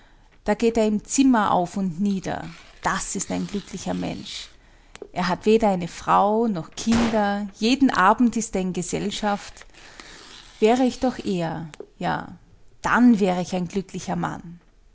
da geht er im zimmer auf und nieder das ist ein glücklicher mensch er hat weder eine frau noch kinder jeden abend ist er in gesellschaft wäre ich doch er ja dann wäre ich ein glücklicher mann